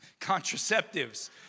contraceptives